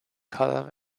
column